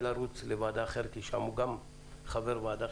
לרוץ לוועדה אחרת כי גם שם הוא חבר ועדה.